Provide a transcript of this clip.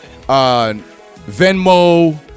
Venmo